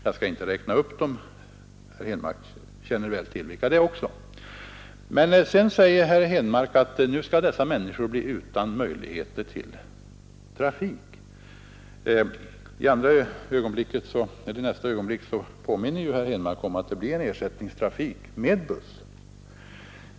Jag skall inte räkna upp dem; herr Henmark känner väl till vilka det är. Sedan säger herr Henmark att dessa människor nu blir utan kommunikationer. Men i nästa ögonblick påminner han själv om att man får ersättningstrafik med buss.